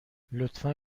لطفا